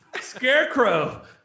Scarecrow